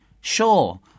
Sure